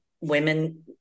women